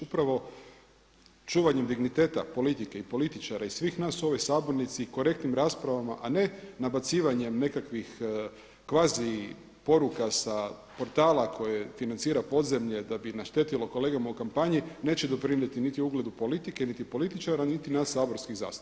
Upravo čuvanjem digniteta politike, političara i svih nas u ovoj sabornici i korektnim raspravama a ne nabacivanjem nekakvih kvazi poruka sa portala koje financira podzemlje da bi naštetilo kolegama u kampanji neće doprinijeti niti ugledu politike niti političara, niti nas saborskih zastupnika.